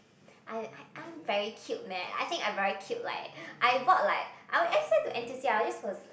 I I I'm very cute man I think I very cute like I bought like I will to N_T_U_C I just was